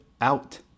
out